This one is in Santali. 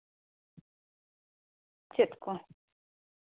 ᱪᱮᱫ ᱠᱚ